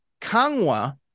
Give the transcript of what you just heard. Kangwa